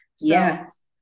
Yes